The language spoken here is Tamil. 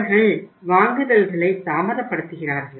அவர்கள் வாங்குதல்களை தாமதப்படுத்துகிறார்கள